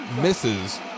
misses